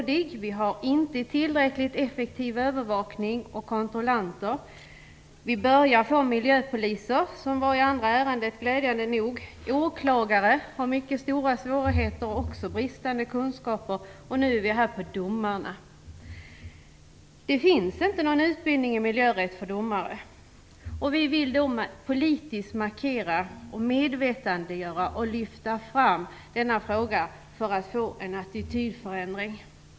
Vi har inte effektiv övervakning och kontrollanter. Vi börjar få miljöpoliser, som glädjande nog togs upp i det andra ärendet. Våra åklagare har mycket stora svårigheter och bristande kunskaper. Nu är vi inne på domarna. Det finns inte någon utbildning i miljörätt för domare. Vi vill politiskt markera, medvetandegöra och lyfta fram denna fråga för att få en attitydförändring.